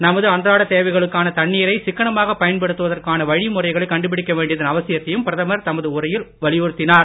நமது அன்றாட தேவைகளுக்கான தண்ணீரை சிக்கனமாக பயன்படுத்தவதற்கான வழிமுறைகளை கண்டுபிடிக்க வேண்டியதன் அவசியத்தையும் பிரதமர் தமது உரையில் வலியுறுத்தினார்